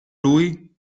lui